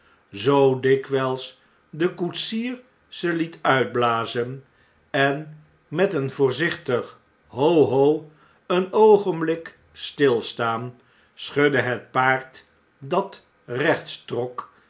zoo dikwjjls de koetsier ze liet uitblazen en met een voorzichtig ho ho een oogenblik stilstaan schudde het paard dat